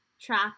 trap